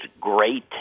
great